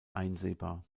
einsehbar